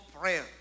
prayer